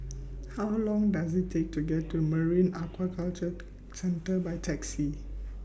How Long Does IT Take to get to Marine Aquaculture Centre By Taxi